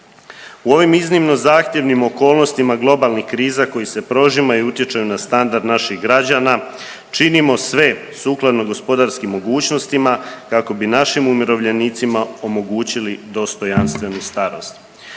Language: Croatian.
U ovim iznimno zahtjevnim okolnostima globalnih kriza koji se prožima i utječu na standard naših građana činimo sve sukladno gospodarskim mogućnostima kako bi našim umirovljenicima omogućili dostojanstvenu starost.